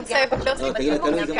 כנס, פסטיבל וכולי ומספר